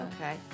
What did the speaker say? Okay